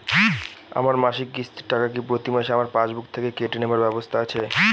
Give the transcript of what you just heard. আমার মাসিক কিস্তির টাকা কি প্রতিমাসে আমার পাসবুক থেকে কেটে নেবার ব্যবস্থা আছে?